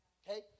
okay